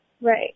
Right